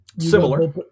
Similar